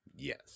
yes